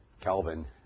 Calvin